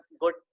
good